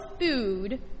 food